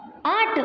आठ